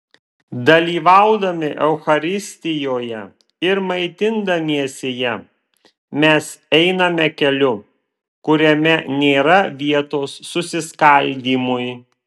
dalyvaudami eucharistijoje ir maitindamiesi ja mes einame keliu kuriame nėra vietos susiskaldymui